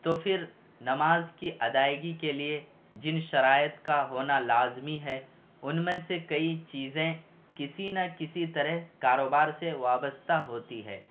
تو پھر نماز کی ادائیگی کے لیے جن شرائط کو ہونا لازمی ہے ان میں سے کئی چیزیں کسی نہ کسی طرح کاروبار سے وابستہ ہوتی ہے